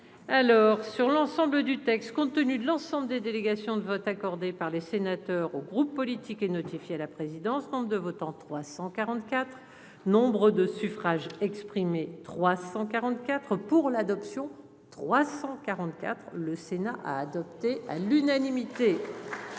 alors sur l'ensemble du texte, compte tenu de l'ensemble des délégations de vote accordé par les sénateurs aux groupes politiques et notifié à la présidence 32 votants, 300 quarante-quatre nombre de suffrages exprimés 344 pour l'adoption 344, le Sénat a adopté à l'unanimité. L'ordre